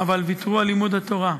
וויתרו על לימוד התורה.